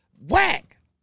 Whack